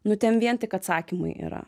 nu ten vien tik atsakymai yra